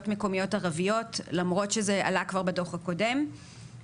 מקומיות ערביות למרות שזה עלה כבר בדוח הקודם.